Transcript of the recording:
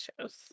shows